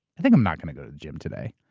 i think i'm not going to go the gym today.